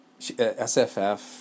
SFF